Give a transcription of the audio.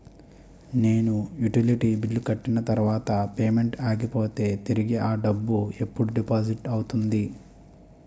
నేను utility bill కట్టిన తర్వాత పేమెంట్ ఆగిపోతే తిరిగి అ డబ్బు ఎప్పుడు డిపాజిట్ అవుతుంది?